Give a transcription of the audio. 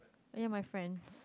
me and my friends